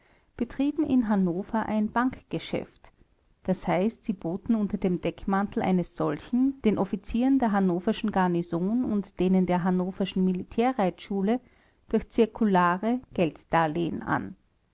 betrieben in hannover ein bankgeschäft d h sie boten unter dem deckmantel eines solchen den offizieren der hannoverschen garnison und denen der hannoverschen militärreitschule durch zirkulare gelddarlehen an